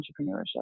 entrepreneurship